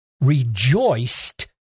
rejoiced